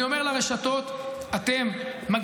אני אומר לרשתות: אתן מגזימות,